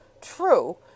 True